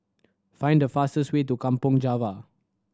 find the fastest way to Kampong Java